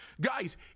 guys